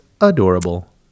adorable